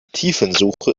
tiefensuche